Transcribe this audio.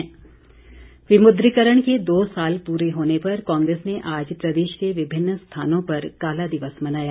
सुक्ख विमुद्रीकरण के दो साल पूरे होने पर कांगेस ने आज प्रदेश के विभिन्न स्थानों पर काला दिवस मनाया